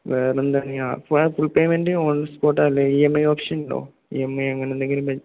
വേറെ എന്താണ്െയാ ഫ ഫുൾ പേ്മെൻ്റ് ഓൺ സ്പോട്ട അല്ലേ ഇഎംഐ ഓപ്ഷൻ ഇണ്ടോ ഇഎംഐ അങ്ങനെ എന്തെങ്കിലും